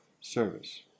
service